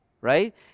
right